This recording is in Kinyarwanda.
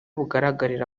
bugaragarira